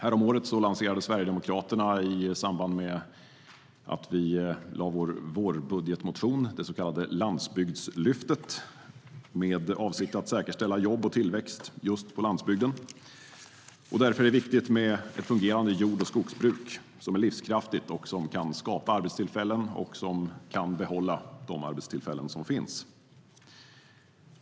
Häromåret lanserade Sverigedemokraterna, i samband med att vi lade fram vår vårbudgetmotion, det så kallade landsbygdslyftet med avsikt att säkerställa jobb och tillväxt just på landsbygden. Därför är det viktigt med ett fungerande jord och skogsbruk som är livskraftigt och kan skapa arbetstillfällen och dessutom behålla de arbetstillfällen som finns.